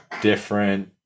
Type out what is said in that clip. different